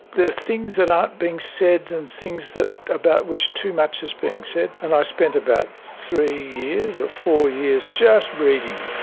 there are things that aren't being said and things about which too much is being said. and i spent about three years or four years just reading,